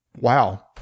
Wow